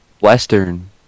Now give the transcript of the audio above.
Western